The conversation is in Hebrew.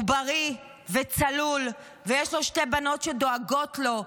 הוא בריא וצלול ויש לו שתי בנות שדואגות לו,